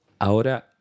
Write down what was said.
Ahora